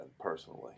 personally